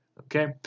okay